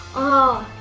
oh!